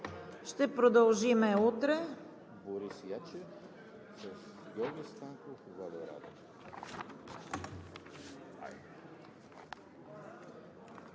Ще продължим утре.